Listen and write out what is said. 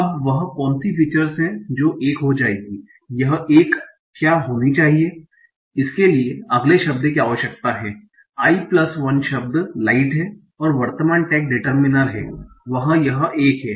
अब वह कौन सी फीचर्स है जो 1 हो जाएगी यह एक क्या होना चाहिए इसके लिए अगले शब्द की आवश्यकता है i 1 शब्द लाइट है और वर्तमान टैग डिटरमिनर है वह यह 1 है